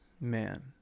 man